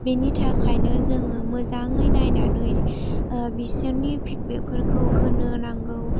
बेनिथाखायनो जोङो मोजाङै नायनानै बिसोरनि फिडबेकफोरखौ होनो नांगौ